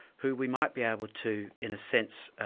who we might be able to, in a sense,